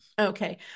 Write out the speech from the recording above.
Okay